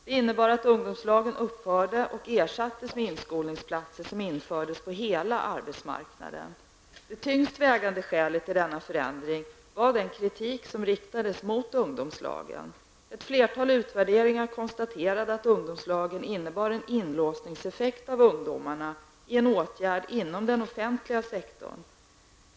Det innebar att ungdomslagen upphörde och ersattes med inskolningsplatser som infördes på hela arbetsmarknaden. Det tyngst vägande skälet till denna förändring var den kritik som riktades mot ungdomslagen. Vid ett flertal utvärderingar konstaterades att ungdomslagen innebar en inlåsningseffekt av ungdomarna i en åtgärd inom den offentliga sektorn.